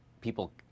people